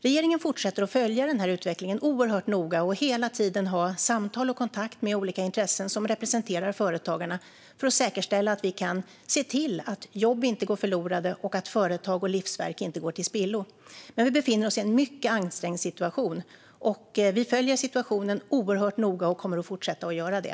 Regeringen fortsätter att följa utvecklingen oerhört noga och att hela tiden ha samtal och kontakt med olika intressen som representerar företagarna för att säkerställa att vi kan se till att jobb inte går förlorade och att företag och livsverk inte går till spillo. Vi befinner oss dock i en mycket ansträngd situation. Vi följer situationen oerhört noga och kommer att fortsätta att göra det.